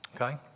Okay